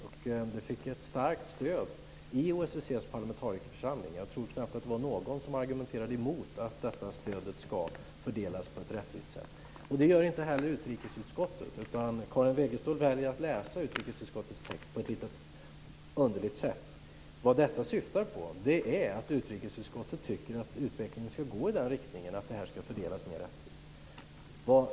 Detta fick ett starkt stöd i OSSE:s parlamentarikerförsamling - jag tror att det knappt var någon som argumenterade emot att detta stöd ska fördelas på ett rättvist sätt. Det gör inte heller utrikesutskottet. Men Karin Wegestål väljer att läsa utrikesutskottets text på ett lite underligt sätt. Det hela syftar på att utrikesutskottet tycker att utvecklingen ska gå i riktningen att detta ska fördelas mer rättvist.